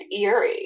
eerie